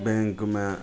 बैँकमे